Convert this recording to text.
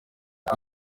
uko